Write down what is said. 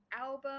album